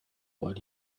while